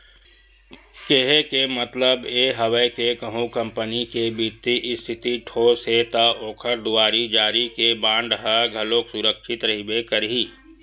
केहे के मतलब ये हवय के कहूँ कंपनी के बित्तीय इस्थिति ठोस हे ता ओखर दुवारी जारी के बांड ह घलोक सुरक्छित रहिबे करही